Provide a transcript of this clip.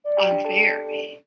unfair